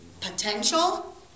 Potential